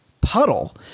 puddle